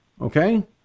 Okay